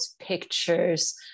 pictures